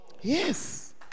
Yes